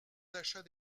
d’achat